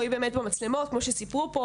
רואים באמת במצלמות כמו שסיפרו פה,